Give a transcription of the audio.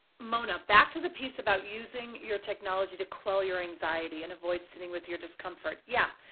mona, back to the piece about using your technology to quell your anxiety and avoid sitting with your discomfort. yeah,